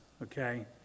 Okay